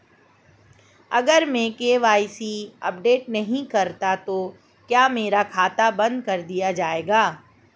अगर मैं KYC update नहीं करता तो क्या मेरा खाता बंद कर दिया जाएगा?